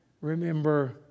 remember